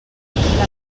curiositat